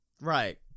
Right